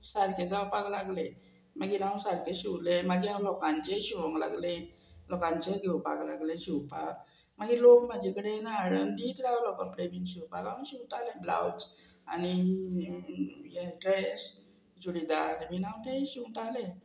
सारकें जावपाक लागलें मागीर हांव सारकें शिंवलें मागीर हांव लोकांचेंय शिंवंक लागलें लोकांचे घेवपाक लागलें शिंवपाक मागीर लोक म्हाजे कडेन हाडून दीत रावलो कपडे बीन शिवपाक हांव शिंवतालें ब्लावज आनी हे ड्रेस चुडीदार बीन हांव ते शिवतालें